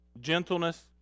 gentleness